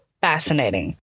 fascinating